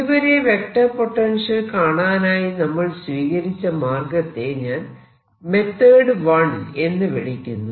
ഇതുവരെ vector potential കാണാനായി നമ്മൾ സ്വീകരിച്ച മാർഗത്തെ ഞാൻ മെത്തേഡ് 1 എന്ന് വിളിക്കുന്നു